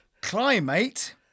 Climate